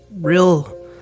real